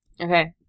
Okay